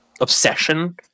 obsession